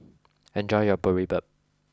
enjoy your Boribap